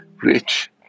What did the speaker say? Rich